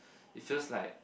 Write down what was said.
it feels like